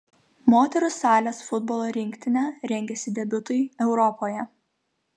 moterų salės futbolo rinktinė rengiasi debiutui europoje